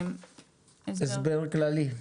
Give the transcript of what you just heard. הסבר כללי.